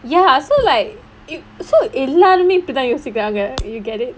ya so like so எல்லாருமே இப்பதான் யோசிக்குறாங்க:ellarumae ippa thaan yosikuraanga you get it